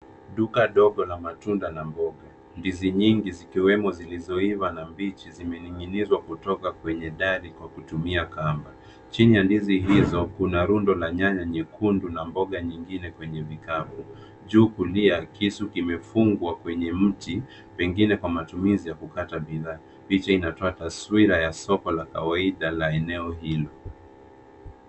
Duka dogo la matunda na mboga ndizi nyingi zikiwemo zilizoiva na mbichi zimening'inizwa kutoka kwenye dari kwa kutumia kamba , chini ya ndizi hizo kuna rundo la nyanya nyekundu na mboga nyingine kwenye vikapu . Juu kulia kisu kimefungwa kwenye mti pengine kwa matumizi ya kukata bidhaa, picha inatoa taswira ya soko la kawaida la eneo hilo.